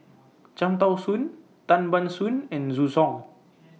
Cham Tao Soon Tan Ban Soon and Zhu Hong